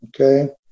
okay